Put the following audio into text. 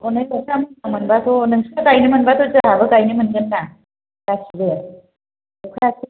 अनेख मोनबाथ नोंस्रा गाइनो मोनबाथ जोंहाबो गायनो मोनगोन ना गासिबो अखायासो